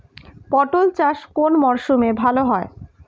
পটল চাষ কোন মরশুমে ভাল হয়?